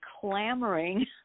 clamoring